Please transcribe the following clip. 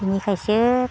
बिनिखायसो